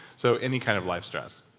so any kind of life stress?